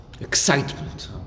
Excitement